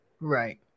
Right